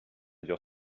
dure